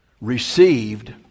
received